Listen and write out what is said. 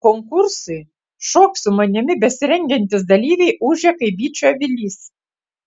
konkursui šok su manimi besirengiantys dalyviai ūžia kaip bičių avilys